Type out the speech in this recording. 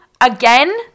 again